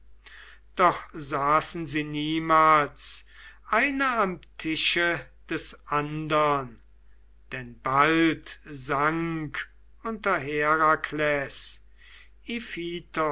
doch saßen sie niemals einer am tische des andern denn bald sank unter herakles